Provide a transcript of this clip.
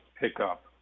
pickup